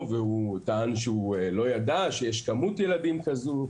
והוא טען שהוא לא ידע שיש מספר ילדים כזה.